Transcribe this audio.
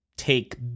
Take